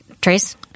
Trace